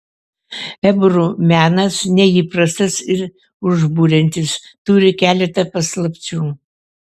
ebru menas neįprastas ir užburiantis turi keletą paslapčių